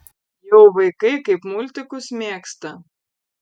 jau vaikai kaip multikus mėgsta